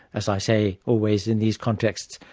as i say, always in these contexts,